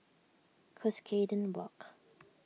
Cuscaden Walk